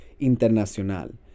Internacional